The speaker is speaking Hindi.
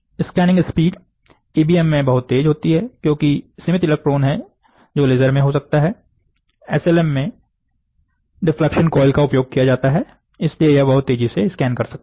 स्कैनिंग स्पीड ईबीएम में बहुत तेज होती है क्योंकि सीमित इलेक्ट्रॉन है जो लेजर में हो सकता हैएसएलएम में डिफ्लेक्शन कॉयल का उपयोग किया जाता है इसलिए यह बहुत तेज गति से स्कैन कर सकता है